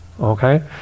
Okay